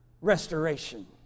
restoration